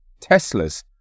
Teslas